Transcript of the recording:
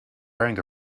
wearing